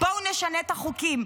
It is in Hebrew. בואו נשנה את החוקים.